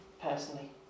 personally